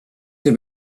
have